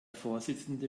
vorsitzende